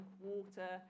water